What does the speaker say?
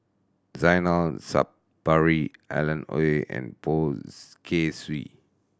Zainal Sapari Alan Oei and Poh Kay Swee